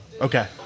okay